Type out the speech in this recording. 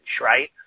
right